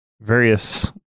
various